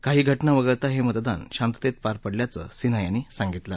काही घटना वगळता हे मतदान शांततेत पार पडल्याचं सिन्हा यांनी यावेळी सांगितलं